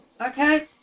Okay